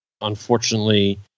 Unfortunately